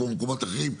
כמו במקומות אחרים,